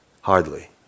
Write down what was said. Hardly